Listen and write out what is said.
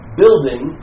building